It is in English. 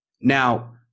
Now